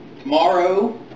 Tomorrow